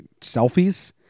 selfies